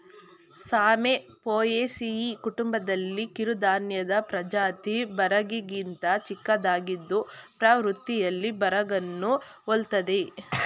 ಸಾಮೆ ಪೋಯೇಸಿಯಿ ಕುಟುಂಬದಲ್ಲಿನ ಕಿರುಧಾನ್ಯದ ಪ್ರಜಾತಿ ಬರಗಿಗಿಂತ ಚಿಕ್ಕದಾಗಿದ್ದು ಪ್ರವೃತ್ತಿಯಲ್ಲಿ ಬರಗನ್ನು ಹೋಲ್ತದೆ